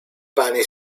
pane